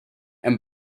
and